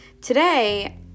Today